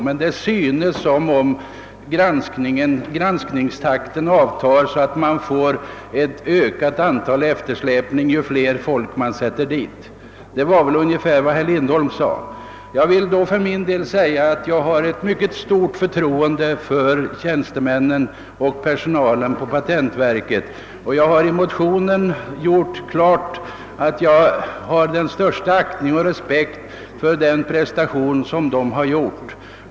Men det synes som om granskningstakten avtar och antalet eftersläpningar ökar ju mer folk man sätter in — det var ungefär vad herr Lindholm sade. Jag vill deklarera att jag har ett mycket stort förtroende för tjänstemännen och personalen på patentverket. Redan i min motion har jag klargjort att jag hyser den största aktning och respekt för deras prestationer.